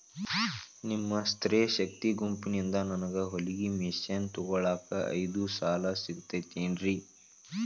ನಿಮ್ಮ ಸ್ತ್ರೇ ಶಕ್ತಿ ಗುಂಪಿನಿಂದ ನನಗ ಹೊಲಗಿ ಮಷೇನ್ ತೊಗೋಳಾಕ್ ಐದು ಸಾಲ ಸಿಗತೈತೇನ್ರಿ?